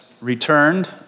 returned